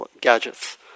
gadgets